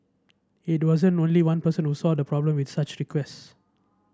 it wasn't only one person who saw a problem with such requests